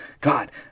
God